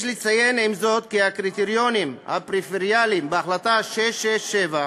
יש לציין עם זאת כי הקריטריון הפריפריאלי בהחלטה 667